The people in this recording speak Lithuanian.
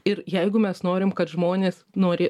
ir jeigu mes norim kad žmonės nori